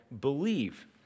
believe